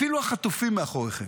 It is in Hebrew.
אפילו החטופים מאחוריכם.